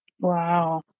Wow